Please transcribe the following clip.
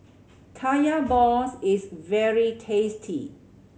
Kaya balls is very tasty